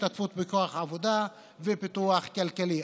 השתתפות בכוח העבודה ופיתוח כלכלי.